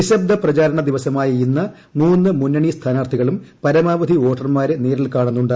നിശബ്ദ പ്രചാരണ ദിവസമായ ഇന്ന് മൂന്നു മുന്നണി സ്ഥാനാർത്ഥികളും പരമാവധി വോട്ടർമാരെ നേരിൽ കാണുന്നുണ്ട്